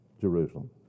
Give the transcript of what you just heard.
Jerusalem